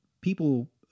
people